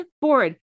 board